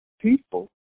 people